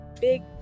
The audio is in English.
big